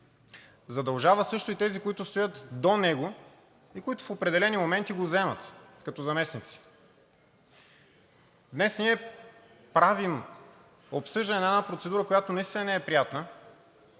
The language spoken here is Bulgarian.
задължава също и тези, които стоят до него и които в определени моменти го заемат като заместници. Днес ние правим обсъждане на една процедура, която наистина не е приятна,